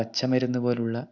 പച്ചമരുന്ന് പോലുള്ള